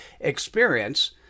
experience